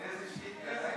יריב,